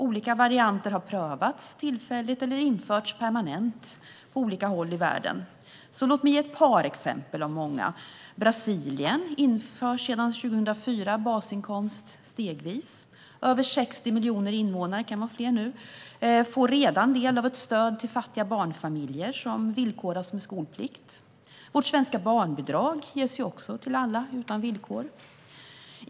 Olika varianter har prövats tillfälligt eller införts permanent på olika håll i världen. Låt mig ge ett par exempel av många. Sedan 2004 har Brasilien stegvis infört basinkomst. Över 60 miljoner invånare får redan del av ett stöd till fattiga barnfamiljer som villkoras med skolplikt. Vårt svenska barnbidrag ges till alla utan villkor.